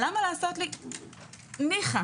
ניחא